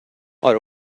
آره